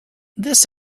this